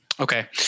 Okay